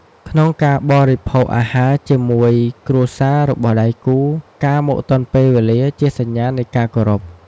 ក្នុងការបូរិភោគអាហារជាមួយគ្រួសាររបស់ដៃគូ ការមកទាន់ពេលវេលាជាសញ្ញានៃការគោរព។